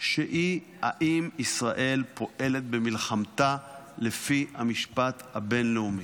שהיא אם ישראל פועלת במלחמתה לפי המשפט הבין-לאומי.